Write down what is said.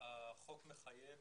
החוק מחייב